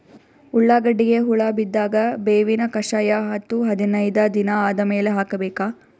ಉಳ್ಳಾಗಡ್ಡಿಗೆ ಹುಳ ಬಿದ್ದಾಗ ಬೇವಿನ ಕಷಾಯ ಹತ್ತು ಹದಿನೈದ ದಿನ ಆದಮೇಲೆ ಹಾಕಬೇಕ?